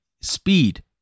speed